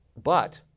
but